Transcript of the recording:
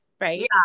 Right